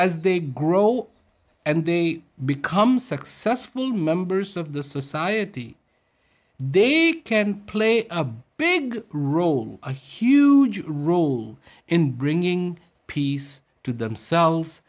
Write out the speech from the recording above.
as they grow and they become successful members of the society they can play a big role a huge role in bringing peace to themselves